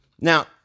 Now